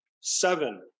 seven